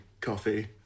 coffee